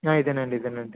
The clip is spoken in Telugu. ఇదేనండి ఇదేనండి